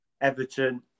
Everton